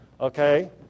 Okay